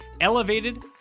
elevated